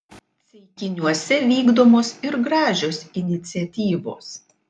ceikiniuose vykdomos ir gražios iniciatyvos